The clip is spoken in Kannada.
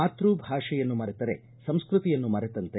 ಮಾತೃ ಭಾಷೆಯನ್ನು ಮರೆತರೆ ಸಂಸ್ಕತಿಯನ್ನು ಮರೆತಂತೆ